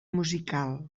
musical